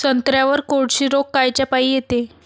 संत्र्यावर कोळशी रोग कायच्यापाई येते?